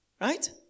Right